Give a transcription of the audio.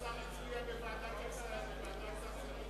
מה השר הצביע בוועדת השרים לענייני חקיקה?